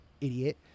idiot